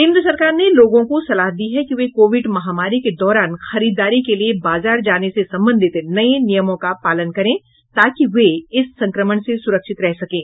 केन्द्र सरकार ने लोगों को सलाह दी है कि वे कोविड महामारी के दौरान खरीदारी के लिए बाजार जाने से संबंधित नये नियमों का पालन करें ताकि वे इस संक्रमण से सुरक्षित रह सकें